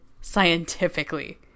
scientifically